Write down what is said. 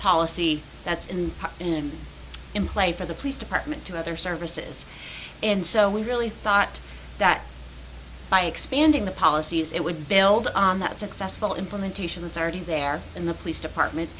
policy that's in been in play for the police department to other services and so we really thought that by expanding the policies it would build on that successful implementation authority there in the police department